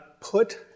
put